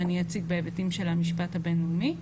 ואני אציג בהיבטים של המשפט הבין-לאומי.